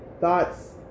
thoughts